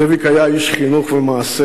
זאביק היה איש חינוך ומעשה,